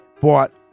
bought